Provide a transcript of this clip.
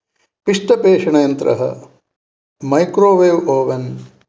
पिष्टपेषणयन्त्रं microwave oven